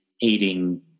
eating